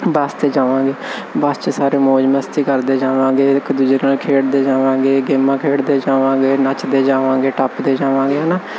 ਬੱਸ 'ਤੇ ਜਾਵਾਂਗੇ ਬੱਸ 'ਚ ਸਾਰੇ ਮੌਜ ਮਸਤੀ ਕਰਦੇ ਜਾਵਾਂਗੇ ਇੱਕ ਦੂਜੇ ਨਾਲ ਖੇਡਦੇ ਜਾਵਾਂਗੇ ਗੇਮਾਂ ਖੇਡਦੇ ਜਾਵਾਂਗੇ ਨੱਚਦੇ ਜਾਵਾਂਗੇ ਟੱਪਦੇ ਜਾਵਾਂਗੇ ਹੈ ਨਾ